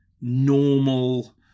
normal